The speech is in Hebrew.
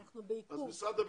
אז משרד הביטחון,